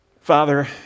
Father